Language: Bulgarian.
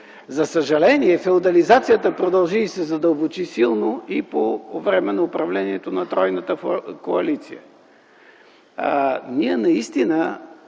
За съжаление, феодализацията продължи и се задълбочи силно и по време на управлението на тройната коалиция. Ние наистина,